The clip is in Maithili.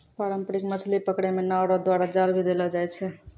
पारंपरिक मछली पकड़ै मे नांव रो द्वारा जाल भी देलो जाय छै